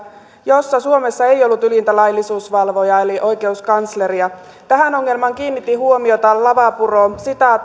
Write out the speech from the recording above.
jossa suomessa ei ollut ylintä laillisuusvalvojaa eli oikeuskansleria tähän ongelmaan kiinnitti huomiota lavapuro